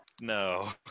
No